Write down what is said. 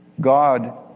God